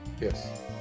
Yes